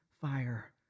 fire